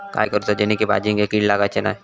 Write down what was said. काय करूचा जेणेकी भाजायेंका किडे लागाचे नाय?